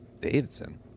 davidson